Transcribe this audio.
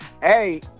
hey